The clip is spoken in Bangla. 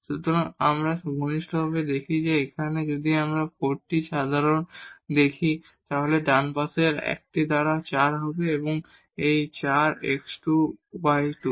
সুতরাং যদি আমরা কাছ থেকে দেখি তাই এখানে যদি আমরা এই 4 টি সাধারণ দেখি তাহলে ডান হাতের পাশে 1 দ্বারা 4 হবে এই 4 x2 y2